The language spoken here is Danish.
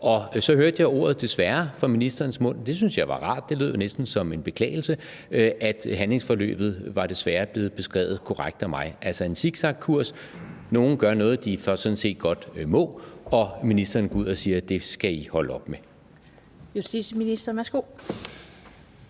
Så hørte jeg ordet desværre fra ministerens mund. Det synes jeg var rart. Det lød jo næsten som en beklagelse. Handlingsforløbet var desværre blevet beskrevet korrekt af mig, og det var en zigzagkurs: Nogle gør noget, de sådan set godt må, og ministeren går ud og siger, at det skal de holde op med. Kl. 15:22 Den fg.